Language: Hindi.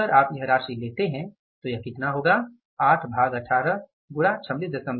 अगर आप यह राशि लेते है तो यह कितना होगा 8 भाग 18 गुणा 265